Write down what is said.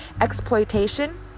exploitation